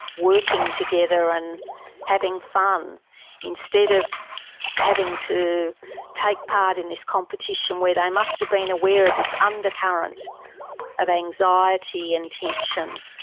working together and having fun instead of having to take part in this competition where they must've been aware of this under current of anxiety and tension,